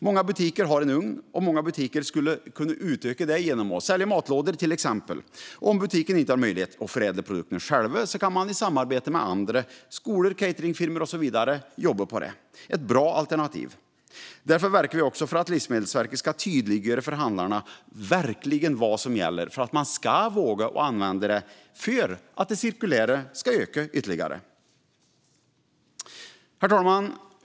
Många butiker har en ugn, och många butiker skulle kunna på så sätt kunna sälja matlådor. Om butiken inte har möjlighet att förädla produkterna själv kan man jobba på det i samarbete med andra, som skolor, cateringfirmor och så vidare. Det är ett bra alternativ, och därför verkar vi också för att Livsmedelsverket ska tydliggöra för handlarna vad som verkligen gäller för att man ska våga, så att det cirkulära kan öka ytterligare. Herr talman!